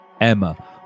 Emma